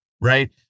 right